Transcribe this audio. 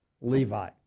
Levi